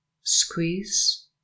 squeeze